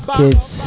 kids